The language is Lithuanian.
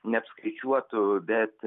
neapskaičiuotų bet